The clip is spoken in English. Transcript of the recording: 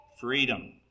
freedom